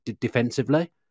defensively